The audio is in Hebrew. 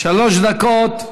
שלוש דקות.